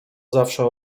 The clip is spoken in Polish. zawsze